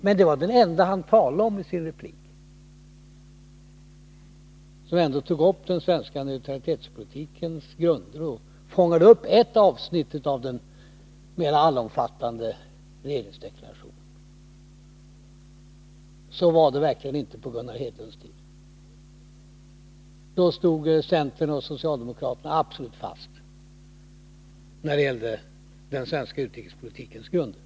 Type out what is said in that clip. Men det enda han talade om i sin replik var denna sondering, där jag ändå tog upp den svenska neutralitetspolitikens grunder och fångade upp ett avsnitt av den mera allomfattande regeringsdeklarationen. Så här var det verkligen inte på Gunnar Hedlunds tid. Då stod centern och socialdemokraterna absolut fast när det gällde den svenska utrikespolitikens grunder.